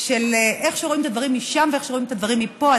של איך שרואים את הדברים משם ואיך שרואים את הדברים מפה.